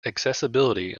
accessibility